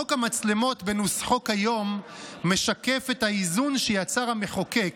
חוק המצלמות בנוסחו כיום משקף את האיזון שיצר המחוקק